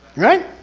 right?